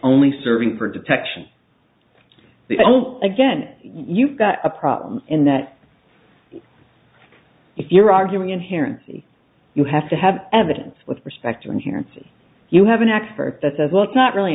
only serving protection the only again you've got a problem in that if you're arguing inherently you have to have evidence with respect and here you have an expert that says well it's not really